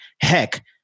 heck